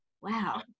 wow